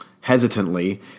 hesitantly